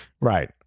Right